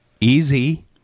easy